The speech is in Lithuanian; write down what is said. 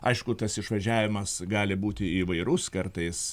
aišku tas išvažiavimas gali būti įvairus kartais